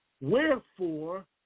Wherefore